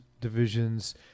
divisions